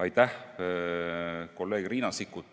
Aitäh, kolleeg Riina Sikkut,